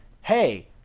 hey